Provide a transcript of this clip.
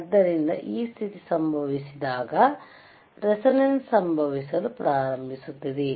ಆದ್ದರಿಂದ ಈ ಸ್ಥಿತಿ ಸಂಭವಿಸಿದಾಗ ರೇಸೋನೆನ್ಸ್ ಸಂಭವಿಸಲು ಪ್ರಾರಂಭಿಸುತ್ತದೆ